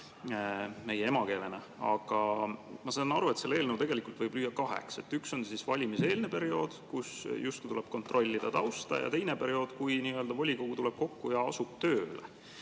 meie emakeelena. Aga ma saan aru, et selle eelnõu võib tegelikult lüüa kaheks. Üks on valimiseelne periood, kus justkui tuleb kontrollida tausta, ja teine on periood, kui volikogu tuleb kokku ja asub tööle.